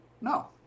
No